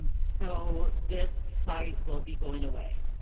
so this site will be going away.